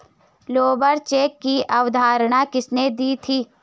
Labour check की अवधारणा किसने दी थी?